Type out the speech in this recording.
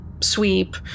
sweep